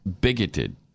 Bigoted